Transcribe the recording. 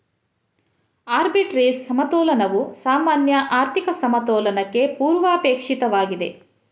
arbitrage ಸಮತೋಲನವು ಸಾಮಾನ್ಯ ಆರ್ಥಿಕ ಸಮತೋಲನಕ್ಕೆ ಪೂರ್ವಾಪೇಕ್ಷಿತವಾಗಿದೆ